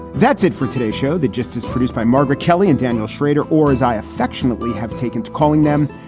that's it for today's show. that just is produced by margaret kelly and daniel shrader. or, as i affectionately have taken to calling them,